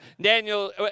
Daniel